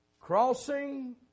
Crossing